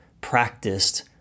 practiced